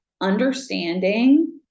understanding